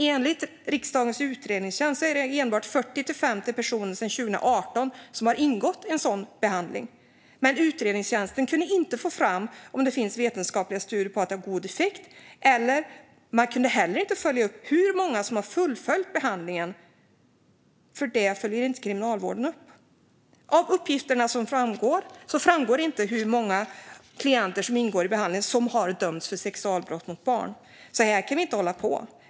Enligt riksdagens utredningstjänst har endast 40-50 personer gått i sådan behandling sedan 2018. Utredningstjänsten kunde inte få fram om det finns vetenskapliga studier som visar att behandlingen har god effekt. Man kunde heller inte följa upp hur många som har fullföljt behandlingen, för detta följer kriminalvården inte upp. Av uppgifterna framgår inte hur många klienter som deltar i behandlingen som har dömts för sexualbrott mot barn. Så här kan vi inte hålla på.